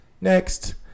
Next